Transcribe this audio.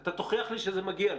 אתה תוכיח לי שזה מגיע לך,